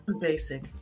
basic